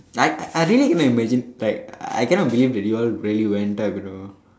like I really cannot imagine like I cannot believe that you all really went down you know